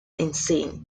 insane